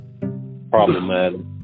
problematic